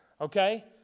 okay